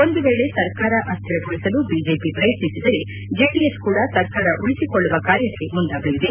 ಒಂದು ವೇಳೆ ಸರ್ಕಾರ ಅಸ್ಥಿರಗೊಳಿಸಲು ಬಿಜೆಪಿ ಪ್ರಯತ್ನಿಸಿದರೆ ಜೆಡಿಎಸ್ ಕೂಡಾ ಸರ್ಕಾರ ಉಳಿಸಿಕೊಳ್ಳುವ ಕಾರ್ಯಕ್ಕೆ ಮುಂದಾಗಲಿದೆ